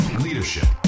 leadership